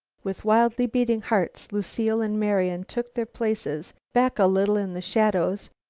with wildly beating hearts lucile and marian took their places back a little in the shadows,